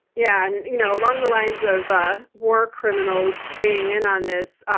yeah. and you know along the lines of ah war criminals weighing in on this,